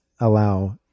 allow